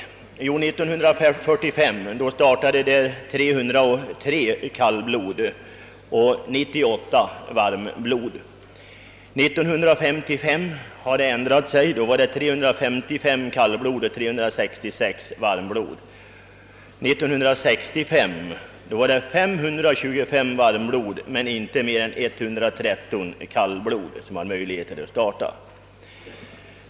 År 1945 startade 303 kallblod och 98 varmblod. År 1955 hade förhållandet ändrats till 355 kallblod och 366 varmblod. år 1965 startade 525 varmblod men inte mer än 113 kallblod.